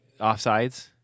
offsides